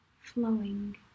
flowing